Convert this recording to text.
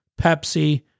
Pepsi